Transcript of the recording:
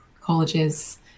colleges